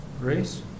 Grace